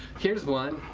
here's one.